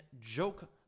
joke